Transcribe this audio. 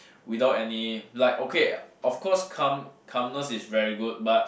without any like okay of course calm calmness is very good but